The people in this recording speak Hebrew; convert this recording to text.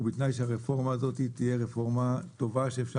ובתנאי שהרפורמה הזאת תהיה רפורמה טובה שאפשר